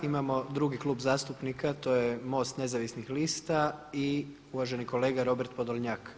Imamo drugi klub zastupnika, to je MOST nezavisnih lista i uvaženi kolega Robert Podolnjak.